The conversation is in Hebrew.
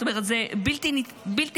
זאת אומרת, זה בלתי נתפס.